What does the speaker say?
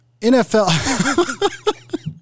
NFL